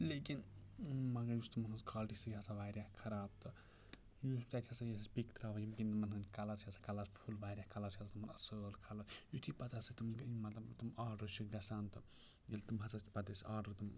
لیکن مگر یُس تِمَن ہنٛز کوالٹی سۄ چھِ آسان واریاہ خراب تہٕ یُس تَتہِ ہَسا یُس أسۍ پِک ترٛاوان یِمَن ہنٛدۍ کَلَر چھِ آسان کَلَرفُل واریاہ کَلَر چھِ آسان تِمَن اصٕل کَلَر یُتھٕے پَتہٕ ہَسا چھِ تِم مطلب تِم آرڈَر چھِ گژھان تہٕ ییٚلہِ تِم ہَسا چھِ پَتہٕ أسۍ آرڈَر تِم